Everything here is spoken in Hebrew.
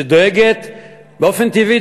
שדואגת באופן טבעי,